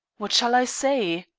what shall i say?